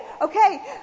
okay